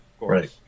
Right